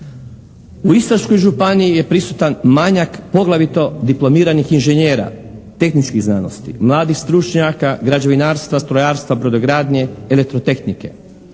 U Istarskoj županiji je prisutan manjak poglavito diplomiranih inženjera tehničkih znanosti, mladih stručnjaka građevinarstva, strojarstva, brodogradnje, elektrotehnike.